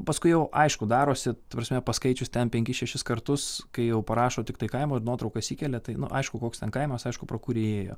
paskui jau aišku darosi ta prasme paskaičius ten penkis šešis kartus kai jau parašo tiktai kaimo ir nuotraukas įkelia tai nu aišku koks ten kaimas aišku pro kur įėjo